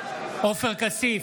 עופר כסיף,